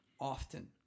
often